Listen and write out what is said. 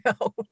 No